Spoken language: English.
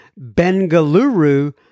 Bengaluru